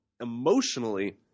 emotionally